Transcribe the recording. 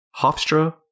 Hofstra